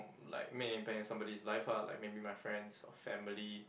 like made an impact in somebody's life ah like maybe my friends or family